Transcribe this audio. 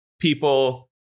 people